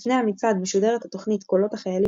לפני המצעד משודרת התוכנית קולות החיילים